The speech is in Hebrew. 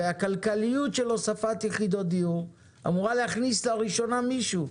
והכלכליות של הוספת יחידות דיור אמורה להכניס לראשונה מישהו.